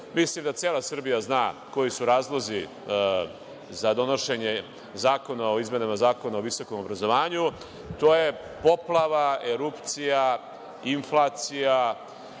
Mislim da cela Srbija zna koji su razlozi za donošenje zakona o izmenama Zakona o visokom obrazovanju, to je poplava, erupcija, inflacija,